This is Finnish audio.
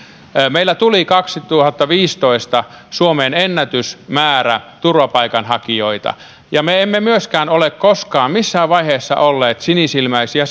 meille tuli kaksituhattaviisitoista suomeen ennätysmäärä turvapaikanhakijoita ja me emme myöskään ole koskaan missään vaiheessa olleet sinisilmäisiä